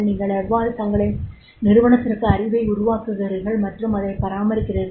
நீங்கள் எவ்வாறு தங்களின் நிறுவனத்திற்கு அறிவை உருவாக்குகிறீர்கள் மற்றும் அதைப் பராமரிக்கிறீர்கள்